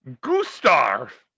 Gustav